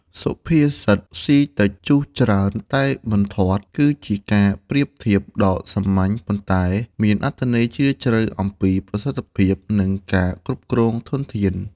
សុភាសិត "ស៊ីតិច ជុះច្រើនតែងមិនធាត់" គឺជាការប្រៀបធៀបដ៏សាមញ្ញ ប៉ុន្តែមានអត្ថន័យជ្រាលជ្រៅអំពីប្រសិទ្ធភាព និងការគ្រប់គ្រងធនធាន។